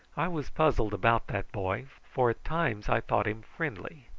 i was puzzled about that boy, for at times i thought him friendly,